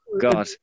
God